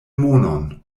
monon